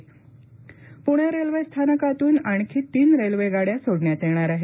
Pune railway स्थानकातून आणखी तीन रेल्वे गाड्या सोडण्यात येणार आहेत